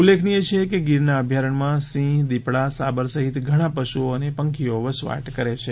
ઉલ્લેખનીય છે કે ગીરના અભ્યારણ્યમાં સિંહ દીપડા સાબર સહિત ધણા પશુઓ અને પંખીઓ વસવાટ કરે છે